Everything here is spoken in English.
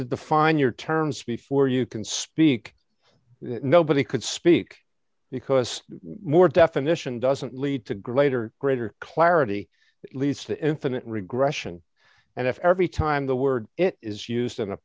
to define your terms before you can speak nobody could speak because more definition doesn't lead to greater greater clarity that leads to infinite regression and if every time the word it is used in a